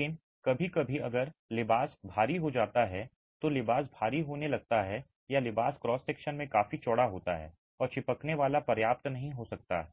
लेकिन कभी कभी अगर लिबास भारी हो जाता है तो लिबास भारी होने लगता है या लिबास क्रॉस सेक्शन में काफी चौड़ा होता है और चिपकने वाला पर्याप्त नहीं हो सकता है